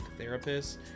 therapists